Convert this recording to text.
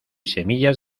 semillas